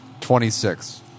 Twenty-six